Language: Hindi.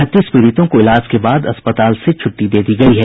चौंतीस पीडितों को इलाज के बाद अस्पताल से छूट्टी दे दी गई है